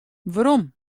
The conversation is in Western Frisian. werom